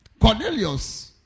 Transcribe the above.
Cornelius